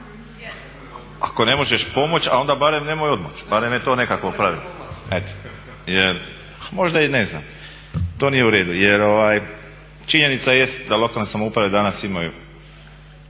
ako ne možeš pomoć onda barem nemoj odmoć, barem je to nekakvo pravilo. To nije u redu jer činjenica jest da lokalne samouprave danas imaju